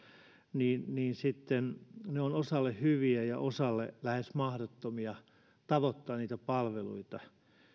niin niin ne ovat osalle hyviä ja osalle taas on lähes mahdotonta tavoittaa niitä palveluita